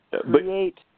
create